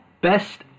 Best